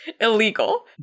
Illegal